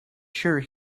sure